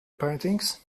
paintings